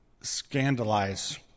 scandalize